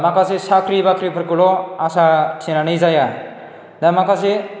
माखासे साख्रि बाख्रि फोरखौल' आसा थिनानै जाया दा माखासे